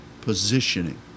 positioning